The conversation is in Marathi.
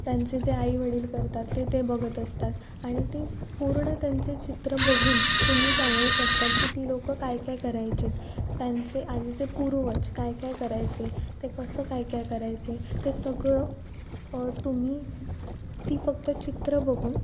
त्यांचे जे आईवडील करतात ते ते बघत असतात आणि ते पूर्ण त्यांचे चित्र बघून तुम्ही सांगू शकता की ती लोक काय काय करायचे त्यांचे आधीचे पूर्वज काय काय करायचे ते कसं काय काय करायचे ते सगळं तुम्ही ती फक्त चित्र बघून